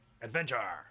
Adventure